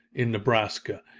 in nebraska,